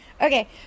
okay